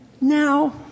Now